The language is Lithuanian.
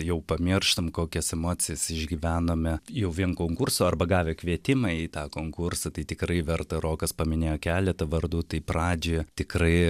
jau pamirštam kokias emocijas išgyvenome jau vien konkurso arba gavę kvietimą į tą konkursą tai tikrai verta rokas paminėjo keletą vardų tai pradžioj tikrai